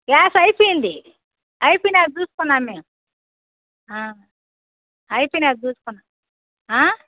gas అయిపోయింది అయిపోయినాక చూసుకున్నాం మేం అయిపోయినాక చూసుకున్నాం